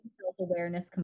self-awareness